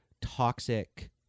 toxic